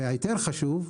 ויותר חשוב,